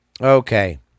Okay